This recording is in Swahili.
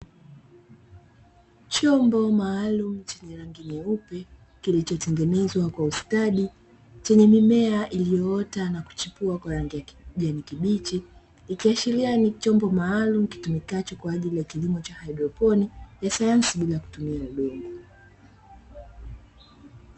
Chombo maalumu chenye rangi nyeupe, kilicho tengenezwa kwa ustadi chenye mimea iliyoota na kuchepua kwa rangi ya kijani kibichi, ikiashiria ni chombo maalumu kitumikacho kwa ajili ya kilimo cha hidroponi ya sayansi bila kutumia udongo.